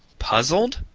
puzzled?